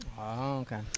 okay